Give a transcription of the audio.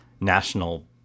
national